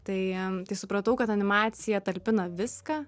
tai tai supratau kad animacija talpina viską